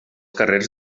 carrers